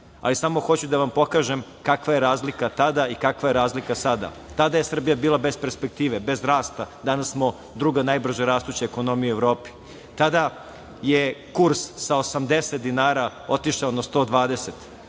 danas. Samo hoću da vam pokažem kakva je razlika tada i kakva je razlika sada. Tada je Srbija bila bez perspektive, bez rasta. Danas smo druga najbrža rastuća ekonomija u Evropi. Tada je kurs sa 80 dinara otišao na 120.